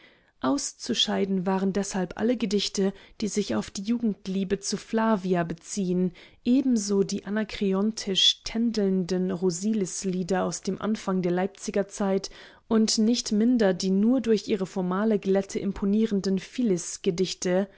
auszuscheiden waren deshalb alle gedichte die sich auf die jugendliebe zu flavia beziehen ebenso die anakreontisch tändelnden rosilislieder aus dem anfang der leipziger zeit und nicht minder die nur durch ihre formale glätte imponierenden